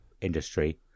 industry